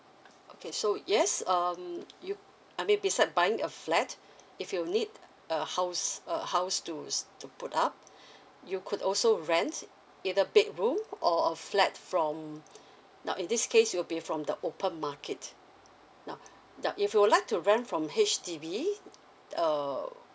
okay so yes um you I mean beside buying a flat if you need a house a house to to put up you could also rent either bedroom or a flat from now in this case it'll be from the open market now now if you would like to rent from H_D_B uh